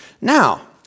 Now